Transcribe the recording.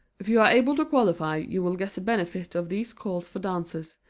if you are able to qualify, you will get the benefit of these calls for dancers,